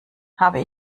habe